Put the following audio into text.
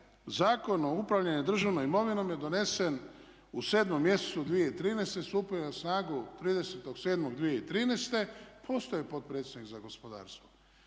Zakon o upravljanju državnom imovinom je donesen u 7 mjesecu 2013., stupio je na snagu 30.7.2013. Postoji potpredsjednik za gospodarstvo.